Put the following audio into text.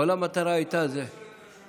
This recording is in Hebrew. אתה יכול לשאול את יושב-ראש הוועדה המסדרת.